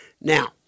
Now